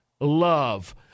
love